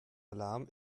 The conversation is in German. alarm